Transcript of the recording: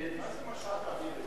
מה זה משט אווירי?